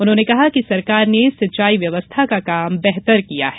उन्होंने कहा कि सरकार ने सिंचाई व्यवस्था का काम बेहतर किया है